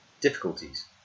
Difficulties